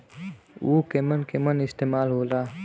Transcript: उव केमन केमन इस्तेमाल हो ला?